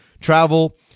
travel